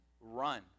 Run